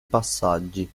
passaggi